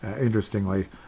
interestingly